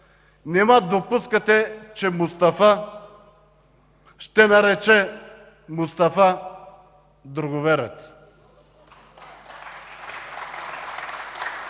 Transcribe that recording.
Нима допускате, че Мустафа ще нарече Мустафа „друговерец”?